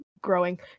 growing